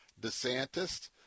DeSantis